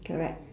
correct